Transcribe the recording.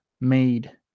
made